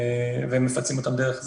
והם מפצים אותך דרך זה.